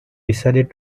decided